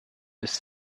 ist